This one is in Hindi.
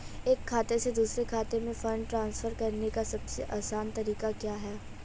एक खाते से दूसरे खाते में फंड ट्रांसफर करने का सबसे आसान तरीका क्या है?